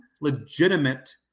legitimate